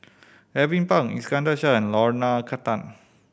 Alvin Pang Iskandar Shah and Lorna